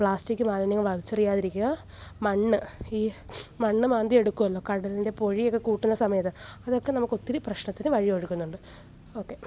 plastic മാലിന്യങ്ങള് വലിച്ചെറിയാതിരിക്കുക മണ്ണ് ഈ മണ്ണു മാന്തി എടുക്കാമല്ലോ കടലിന്റെ പൊഴിയൊക്കെ കൂട്ടുന്ന സമയത്ത് അതൊക്കെ നമുക്ക് ഒത്തിരി പ്രശ്നത്തിനു വഴി ഒരുക്കുന്നുണ്ട് ഓക്കെ